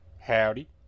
howdy